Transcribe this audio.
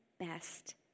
best